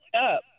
up